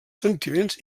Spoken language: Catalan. sentiments